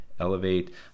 elevate